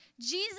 Jesus